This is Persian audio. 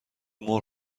مرغ